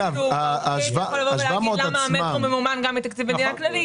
אפשר לשאול למה המטרו ממומן מתקציב המדינה הכללי.